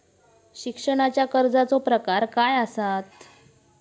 शिक्षणाच्या कर्जाचो प्रकार काय आसत?